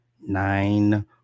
nine